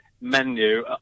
menu